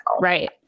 Right